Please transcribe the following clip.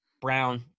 Brown